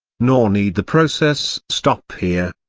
nor need the process stop here.